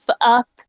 up